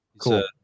Cool